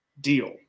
deal